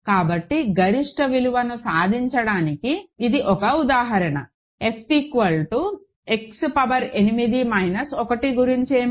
కాబట్టి గరిష్ట విలువను సాధించడానికి ఇది ఒక ఉదాహరణ f X పవర్ 8 మైనస్ 1 గురించి ఏమిటి